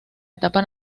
etapa